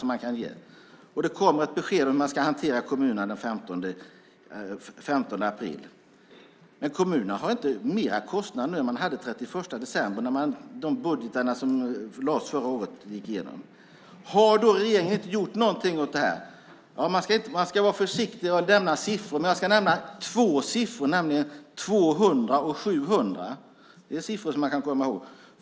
Det kommer ett besked den 15 april om hur man ska hantera kommunerna. Men kommunerna har inte mer kostnader nu än man hade den 31 december, när de budgetar som lades förra året gick igenom. Har då regeringen inte gjort någonting åt det här? Man ska vara försiktig med siffror, men jag ska nämna två siffror, nämligen 200 och 700. Det är siffror man kan komma ihåg.